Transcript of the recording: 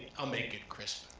i'll make it crisp.